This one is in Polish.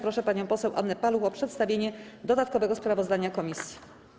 Proszę panią poseł Annę Paluch o przedstawienie dodatkowego sprawozdania Komisji.